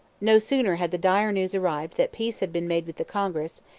no sooner had the dire news arrived that peace had been made with the congress,